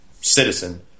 citizen